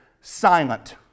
silent